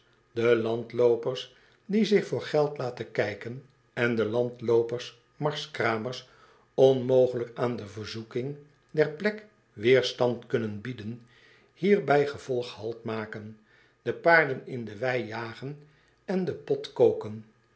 de landloopers die zich voor geld laten kijken en de landloopersmarskramers onmogelijk aan de verzoeking dezer plek weerstand kunnen bieden hier bijgevolg halt maken de paarden in de wei jagen en den pot koken